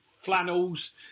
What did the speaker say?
flannels